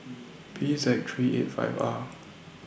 P Z three eight five R